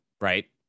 right